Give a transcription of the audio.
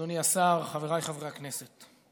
אדוני השר, חבריי חברי הכנסת,